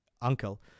uncle